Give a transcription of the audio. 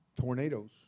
tornadoes